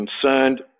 concerned